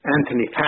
Anthony